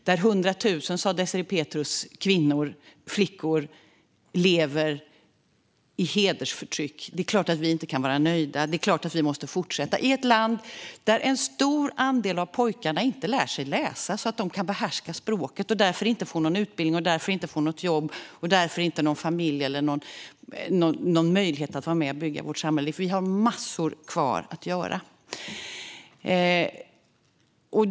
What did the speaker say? Désirée Pethrus sa att 100 000 kvinnor och flickor lever i hedersförtryck. Det är klart att vi inte kan vara nöjda. Det är klart att vi måste fortsätta. Vi har ett land där en stor andel av pojkarna inte lär sig läsa så att de kan behärska språket. Därför får de inte någon utbildning, något jobb, någon familj eller någon möjlighet att vara med och bygga vårt samhälle. Vi har massor kvar att göra.